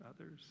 others